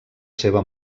seva